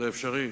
זה אפשרי?